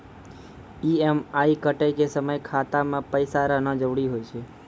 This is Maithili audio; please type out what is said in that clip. ई.एम.आई कटै के समय खाता मे पैसा रहना जरुरी होय छै